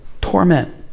torment